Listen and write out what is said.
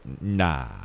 nah